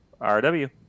RW